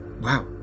Wow